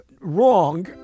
wrong